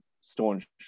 staunch